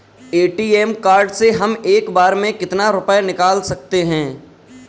ATM card से हम एक बार में कितना रुपया निकाल सकते हैं?